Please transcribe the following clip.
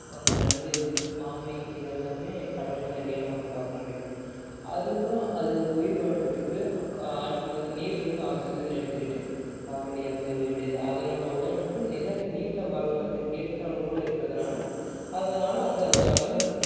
நண்டு ஆமை இதெல்லாமே கடல்ல நிறையா நாம் பார்க்க முடியும் அதுங்களும் அதுங்கள் உயிர் வாழ்கிறதுக்கு காற்றில் நீரில் இருந்து ஆக்சிஜன் எடுத்துக்கிட்டு கார்பன் டை ஆக்சைடை விடுது அதனோடய உடலமைப்பு நில நீரில் வாழ்றதுக்கு ஏத்தாற்போல் இருக்கிறதுனால அதனால் அங்கே அதானால